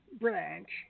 branch